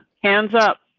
hands up